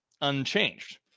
unchanged